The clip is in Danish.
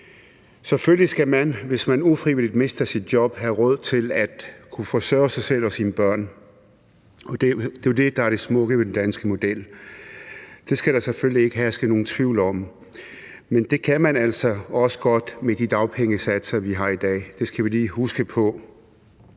Selvfølgelig skal man, hvis man ufrivilligt mister sit job, have råd til at kunne forsørge sig selv og sine børn, og det er jo det, der er det smukke ved den danske model. Det skal der selvfølgelig ikke herske nogen tvivl om. Men det kan man altså også godt med de dagpengesatser, vi har i dag. Det skal vi lige huske på.